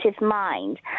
mind